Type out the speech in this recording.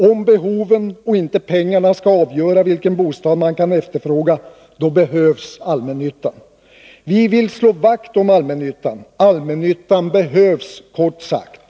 Om behoven och inte pengarna ska avgöra vilken bostad man kan efterfråga, då behövs allmännyttan. Vi vill slå vakt om allmännyttan. Allmännyttan behövs kort sagt.